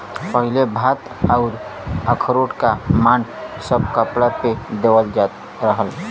पहिले भात आउर अरारोट क माड़ सब कपड़ा पे देवल जात रहल